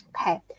Okay